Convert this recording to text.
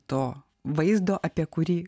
to vaizdo apie kurį